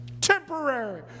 Temporary